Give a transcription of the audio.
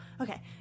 Okay